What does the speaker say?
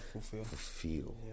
fulfill